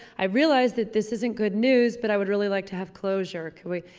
i realize that this isn't good news but i would really like to have closure can we,